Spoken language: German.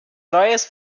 neues